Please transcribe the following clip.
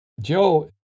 Joe